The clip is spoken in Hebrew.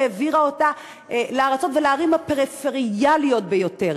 והעבירה אותם למדינות ולערים הפריפריאליות ביותר.